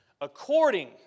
according